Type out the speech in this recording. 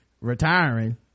retiring